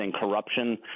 corruption